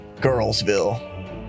girlsville